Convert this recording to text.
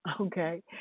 okay